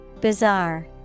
Bizarre